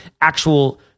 actual